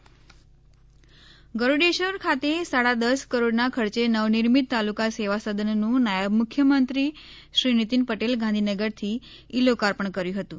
નિતિન પટેલ ગરૂડેશ્વર ખાતે સાડા દસ કરોડના ખર્ચે નવનિર્મિત તાલુકા સેવા સદનનું નાયબ મુખ્યમંત્રીશ્રી નિતિન પટેલે ગાંધીનગરથી ઇ લોકાર્પણ કર્યું હતું